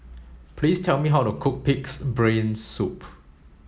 please tell me how to cook pig's brain soup